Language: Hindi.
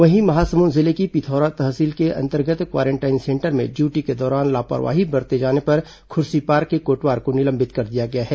वहीं महासमुंद जिले की पिथौरा तहसील के अंतर्गत क्वारेंटाइन सेंटर में ड्यूटी के दौरान लापरवाही बरते जाने पर खुर्सीपार के कोटवार को निलंबित कर दिया गया है